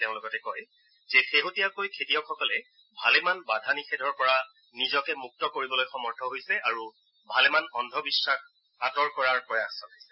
তেওঁ লগতে কয় যে শেহতীয়াকৈ খেতিয়কসকলে ভালেমান বাধা নিযেধৰ পৰা তেওঁ নিজকে মুক্ত কৰিবলৈ সক্ষম হৈছে আৰু ভালেমান অন্ধবিশ্বাস দূৰ কৰাৰ প্ৰয়াস চলাইছে